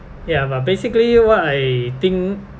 ya but basically what I think